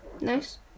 Nice